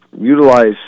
utilize